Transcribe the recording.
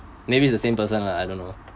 maybe is the same person lah I don't know